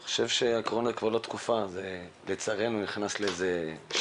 אני חושבת שהקורונה היא כבר לא תקופה אלא לצערנו נכנסה לשגרה.